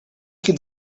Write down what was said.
could